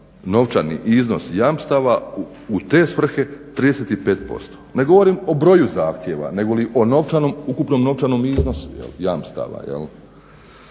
novčani iznos jamstava u te svrhe 35%. Ne govorim o broju zahtjeva nego o ukupnom novčanom iznosu jamstava